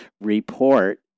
report